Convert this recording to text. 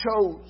chose